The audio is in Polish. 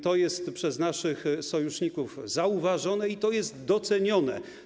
To jest przez naszych sojuszników zauważane, to jest doceniane.